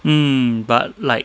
mm but like